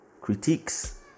critiques